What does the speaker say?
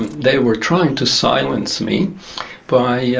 and they were trying to silence me by yeah